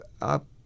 up